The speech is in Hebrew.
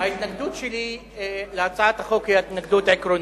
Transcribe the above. ההתנגדות שלי להצעת החוק היא התנגדות עקרונית.